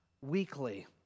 weekly